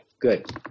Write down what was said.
Good